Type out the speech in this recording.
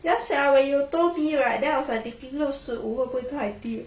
ya sia when you told me right then I was like 六十五会不会是太低